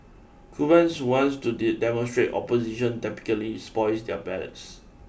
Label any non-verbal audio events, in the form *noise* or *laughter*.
Cubans who wants to *unintelligible* demonstrate opposition typically spoil their ballots